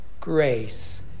grace